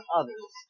others